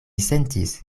sentis